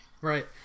Right